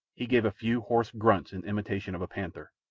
he gave a few hoarse grunts in imitation of a panther.